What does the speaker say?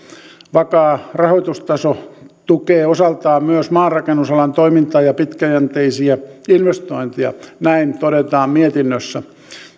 vakaa rahoitustaso tukee osaltaan myös maanrakennusalan toimintaa ja pitkäjänteisiä investointeja näin todetaan mietinnössä ja